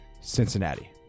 Cincinnati